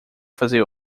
fazer